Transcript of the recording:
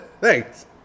Thanks